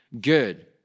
good